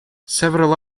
several